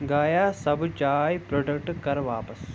گایا سبٕز چاے بروڈکٹ کر واپس